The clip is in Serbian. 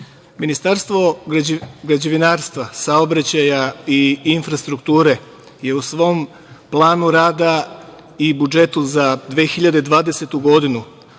Ministarstvo građevinarstva, saobraćaja i infrastrukture je u svom planu rada i budžetu za 2020. godinu